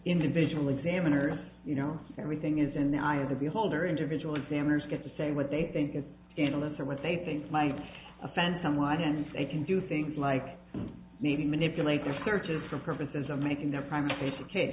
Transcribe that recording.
individual examiners you know everything is in the eye of the beholder individual examiners get to say what they think is analysts or what they think might offend someone and they can do things like maybe manipulate their searches for purposes of making their primary cas